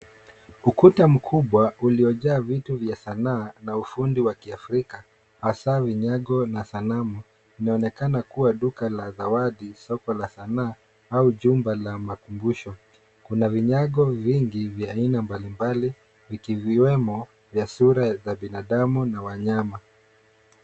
Ukuta mkubwa ulio jaa vitu vya Sanaa na ufundi wa kiafrika hasa vinyago na sanamu. Linaonekana kuwa duka la zawadi, soko la sanaa au jumba la ukumbusho. Kuna vinyago vingi vya aina mbalimbali vikiwemo vya sura za binadamu na wanyama.